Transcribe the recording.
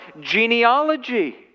genealogy